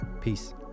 Peace